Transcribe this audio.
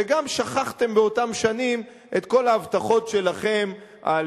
וגם שכחתם באותן שנים את כל ההבטחות שלכם על